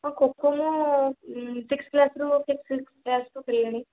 ହଁ ଖୋଖୋ ମୁଁ ସିକ୍ସ୍ଥ କ୍ଳାସ୍ରୁ ଫିଫ୍ଥ ସିକ୍ସ୍ଥ କ୍ଳାସ୍ରୁ ଖେଳିଲିଣି